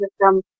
system